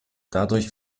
dadurch